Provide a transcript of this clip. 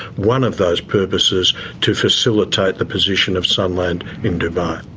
one of those purposes to facilitate the position of sunland in dubai.